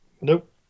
nope